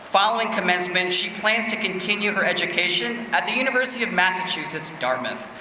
following commencement, she plans to continue her education at the university of massachusetts, dartmouth,